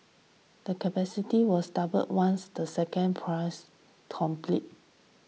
the capacity wills double once the second phase complete